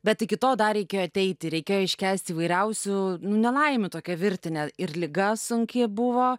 bet iki to dar reikėjo ateiti reikėjo iškęst įvairiausių nu nelaimių tokią virtinę ir liga sunki buvo